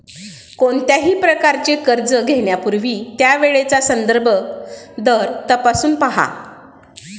कोणत्याही प्रकारचे कर्ज घेण्यापूर्वी त्यावेळचा संदर्भ दर तपासून पहा